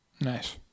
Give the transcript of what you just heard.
Nice